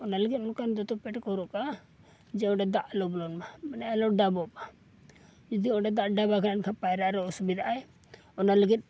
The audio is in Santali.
ᱚᱱᱟ ᱞᱟᱹᱜᱤᱫ ᱚᱱᱠᱟᱱ ᱡᱚᱛᱚ ᱯᱮᱱᱴᱠᱚ ᱦᱚᱨᱚᱜ ᱠᱟᱜᱼᱟ ᱡᱮ ᱚᱸᱰᱮ ᱫᱟᱜ ᱟᱞᱚ ᱵᱚᱞᱚᱱ ᱢᱟ ᱢᱟᱱᱮ ᱟᱞᱚ ᱰᱟᱵᱚᱜ ᱢᱟ ᱡᱩᱫᱤ ᱚᱸᱰᱮ ᱫᱟᱜ ᱰᱟᱵᱟᱭᱠᱷᱟᱱ ᱮᱱᱠᱷᱟᱱ ᱯᱟᱭᱨᱟᱜᱨᱮ ᱚᱥᱩᱵᱤᱫᱷᱟᱜᱼᱟᱭ ᱚᱱᱟ ᱞᱟᱹᱜᱤᱫ